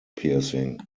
piercing